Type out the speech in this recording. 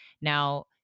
Now